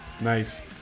Nice